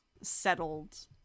settled